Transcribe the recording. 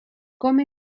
come